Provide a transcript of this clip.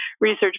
research